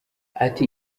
ati